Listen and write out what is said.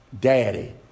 daddy